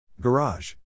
Garage